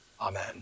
Amen